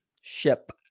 Ship